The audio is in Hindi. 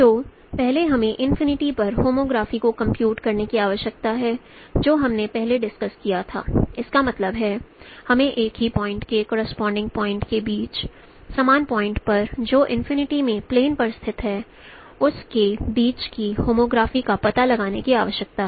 तो पहले हमें इनफिनिटी पर होमोग्राफी को कंप्यूट करने की आवश्यकता है जो हमने पहले डिस्कस किया था इसका मतलब है हमें एक ही पॉइंट् के करोसपोंडिंग पॉइंट् के बीच समान पॉइंट् पर जो इनफिनिटी में प्लेन पर स्थित है उस के बीच की होमोग्राफी का पता लगाने की आवश्यकता है